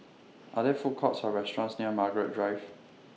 Are There Food Courts Or restaurants near Margaret Drive